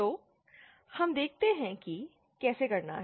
तो हम देखते हैं कि कैसे करना है